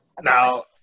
Now